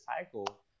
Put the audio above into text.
cycle